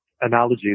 analogy